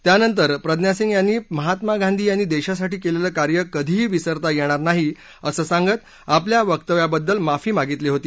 त्यानंतर प्रज्ञा सिंह यांनी महात्मा गांधी यांनी देशासाठी केलेलं कार्य कधीही विसरता येणार नाही असं सांगत आपल्या वक्तव्याबद्दल माफी मागितली होती